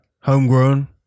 Homegrown